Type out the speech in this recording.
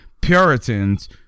Puritans